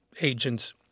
agents—